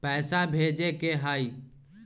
पैसा भेजे के हाइ?